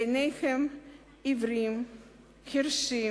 ביניהן העיוורים והחירשים